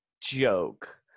joke